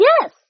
yes